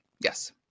Yes